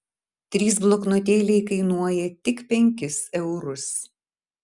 trys bloknotėliai kainuoja tik penkis eurus